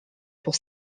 pour